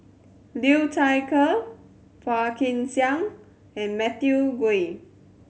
Liu Thai Ker Phua Kin Siang and Matthew Ngui